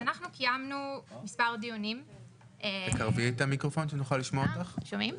אנחנו קיימנו מספר דיונים אצלנו במכון